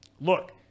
look